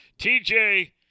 TJ